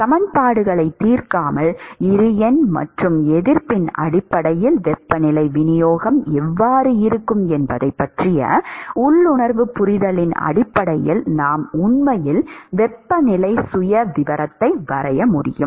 சமன்பாடுகளைத் தீர்க்காமல் இரு எண் மற்றும் எதிர்ப்பின் அடிப்படையில் வெப்பநிலை விநியோகம் எவ்வாறு இருக்கும் என்பதைப் பற்றிய உள்ளுணர்வு புரிதலின் அடிப்படையில் நாம் உண்மையில் வெப்பநிலை சுயவிவரத்தை வரைய முடியும்